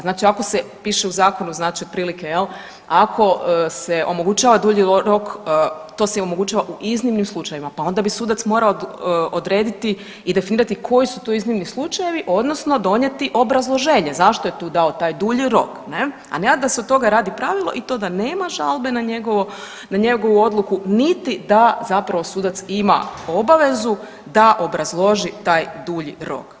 Znači ako se piše u zakonu znači otprilike jel ako se omogućava dulji rok to se omogućava u iznimnim slučajevima, pa onda bi sudac morao odrediti i definirati koji su to iznimni slučajevi odnosno donijeti obrazloženje zašto je tu dao taj dulji rok ne, a ne da se od toga radi pravilo i to da nema žalbe na njegovo, na njegovu odluku niti da zapravo sudac ima obavezu da obrazloži taj dulji rok.